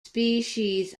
species